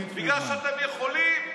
על שישה מנדטים אתה גונב 30 מנדטים,